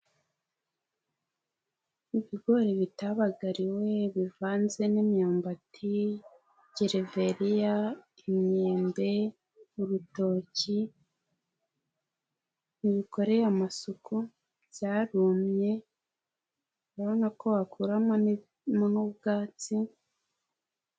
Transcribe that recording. Ibigori bitabagariwe bivanze n'imyumbati, geveriya, imyembe, urutoki, ntibikoreye amasuku, byarumye, ubona ko wakuramo n'ubwatsi.